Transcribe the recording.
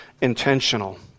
intentional